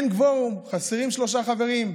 אין קוורום, חסרים שלושה חברים.